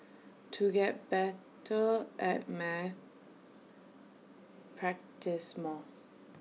to get better at maths practise more